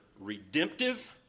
redemptive